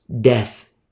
death